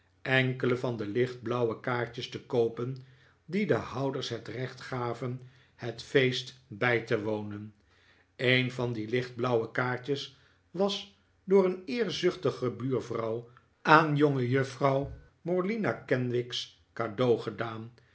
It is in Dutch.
enkele van de lichtblauwe kaartjes te koopen die de houders het recht gaven het feest bij te wonen een van die lichtblauwe kaartjes was door een eerzuchtige buurvrouw aan jongejuffrouw morlina kenwigs cadeau gedaan